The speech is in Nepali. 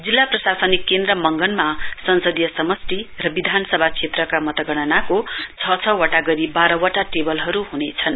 जिल्ला प्रशासनिक केन्द्र मगनमा संसदीय समस्टि र विधानसभा क्षेत्रका मतगणनाको छ छ वटा गरी वाह्र वटा टेबलहरु ह्नेछन्